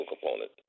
component